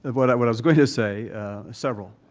what i what i was going to say several.